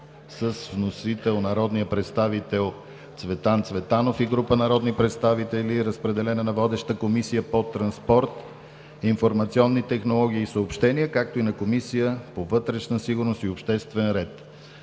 с вносител народният представител Цветан Цветанов и група народни представители. Разпределен е на: Комисия по транспорт, информационни технологии и съобщения – водеща, както и на Комисията по вътрешна сигурност и обществен ред.